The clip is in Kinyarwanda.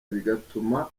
bigatuma